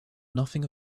nothing